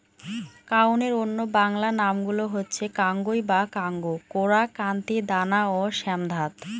কাউনের অন্য বাংলা নামগুলো হচ্ছে কাঙ্গুই বা কাঙ্গু, কোরা, কান্তি, দানা ও শ্যামধাত